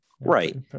Right